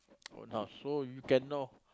oh now so you can know